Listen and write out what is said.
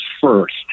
first